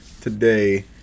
today